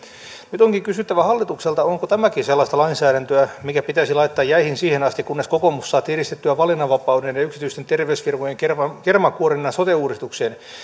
nyt onkin kysyttävä hallitukselta onko tämäkin sellaista lainsäädäntöä mikä pitäisi laittaa jäihin siihen asti kunnes kokoomus saa tiristettyä valinnanvapauden ja yksityisten terveysfirmojen kermankuorinnan sote uudistukseen